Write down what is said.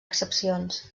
excepcions